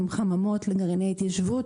הם חממות לגרעיני התיישבות,